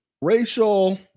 Racial